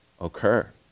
occur